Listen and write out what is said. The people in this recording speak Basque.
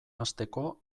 hasteko